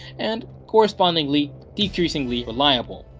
and correspondingly decreasingly reliable.